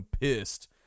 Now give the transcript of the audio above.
pissed